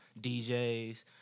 DJs